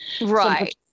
Right